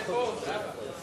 מרצ זה פה, זהבה.